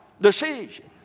Decision